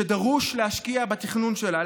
שדרוש להשקיע בתכנון שלה,